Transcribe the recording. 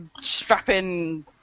strapping